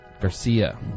Garcia